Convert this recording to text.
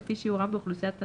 לפי שיעורם באוכלוסיית התלמידים,